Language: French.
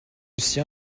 sien